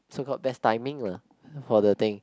so got have timing for the thing